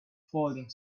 falling